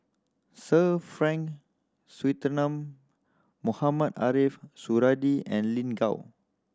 Sir Frank Swettenham Mohamed Ariff Suradi and Lin Gao